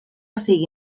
sigui